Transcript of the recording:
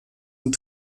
und